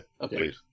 okay